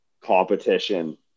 competition